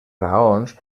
raons